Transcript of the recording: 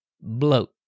bloat